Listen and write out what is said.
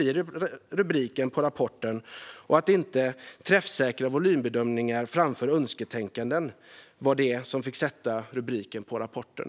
I stället borde Träffsäkra volymbedömningar framför önsketänkanden ha fått stå som rubrik för rapporten.